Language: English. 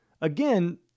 Again